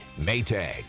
maytag